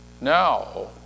Now